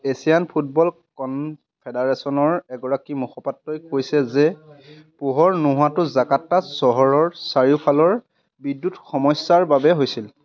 Asian football কনফেডাৰেশ্যনৰ এগৰাকী মুখপাত্ৰই কৈছে যে পোহৰ নোহোৱাটো জাকাৰ্টা চহৰৰ চাৰিওফালৰ বিদ্যুৎ সমস্যাৰ বাবে হৈছিল